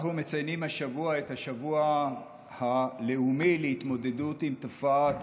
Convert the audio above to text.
אנחנו מציינים השבוע את השבוע הלאומי להתמודדות עם תופעת